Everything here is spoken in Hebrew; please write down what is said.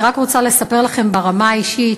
אני רק רוצה לספר לכם ברמה האישית.